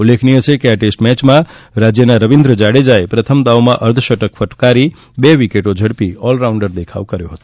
ઉલ્લેખનીય છે કે આ ટેસ્ટ મેચમાં રાજ્યના રવિન્દ્ર જાડેજાએ પ્રથમ દાવમાં અર્ધશતક ફટકારી બે વિકેટો ઝડપી ઓલરાઉન્ડ દેખાવ કર્યો હતો